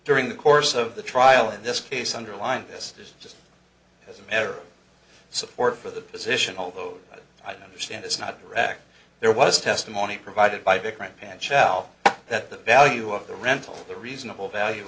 during the course of the trial in this case underlined this is just as a matter support for the position although i don't understand it's not correct there was testimony provided by different hand shell that the value of the rental the reasonable value